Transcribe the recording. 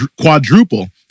quadruple